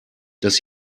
dass